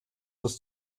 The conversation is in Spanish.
los